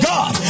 God